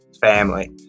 family